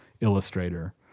illustrator